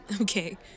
Okay